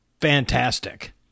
fantastic